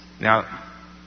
Now